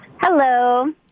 Hello